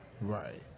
Right